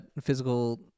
physical